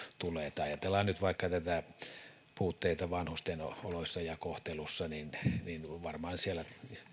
tule ajatellaan nyt vaikka puutteita vanhusten oloissa ja kohtelussa varmaan siellä